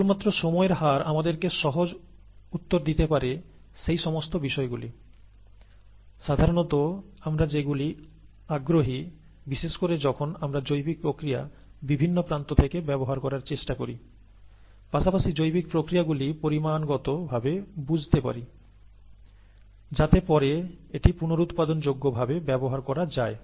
কেবলমাত্র সময়ের হার আমাদেরকে সহজ উত্তর দিতে পারে সেই সমস্ত বিষয়গুলি সাধারণত আমরা যেগুলিতে আগ্রহী বিশেষ করে যখন আমরা জৈবিক প্রক্রিয়া বিভিন্ন প্রান্ত থেকে ব্যবহার করার চেষ্টা করি পাশাপাশি জৈবিক প্রক্রিয়া গুলি পরিমাণগত ভাবে বুঝতে পারি যাতে পরে এটি পুনরুৎপাদন যোগ্যভাবে ব্যবহার করা যায়